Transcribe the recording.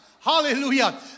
Hallelujah